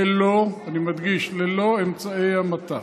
ללא אמצעי המתה,